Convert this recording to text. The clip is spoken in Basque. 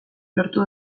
lortu